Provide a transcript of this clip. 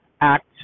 Act